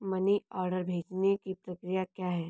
Money order भेजने की प्रक्रिया क्या है?